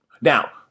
Now